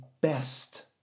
best